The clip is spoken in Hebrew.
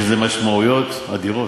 יש לזה משמעויות אדירות.